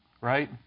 right